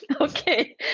okay